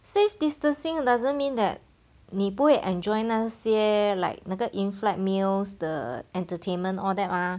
safe distancing doesn't mean that 你不会 enjoy 那些 like 那个 in-flight meals the entertainment all that mah